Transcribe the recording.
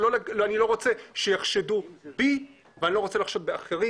אני לא רוצה שיחשדו בי ואני לא רוצה לחשוד באחרים.